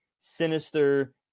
sinister